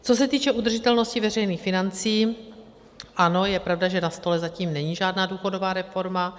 Co se týče udržitelnosti veřejných financí, ano, je pravda, že na stole není zatím žádná důchodová reforma.